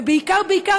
ובעיקר בעיקר,